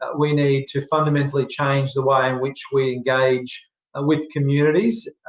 ah we need to fundamentally change the way in which we engage ah with communities.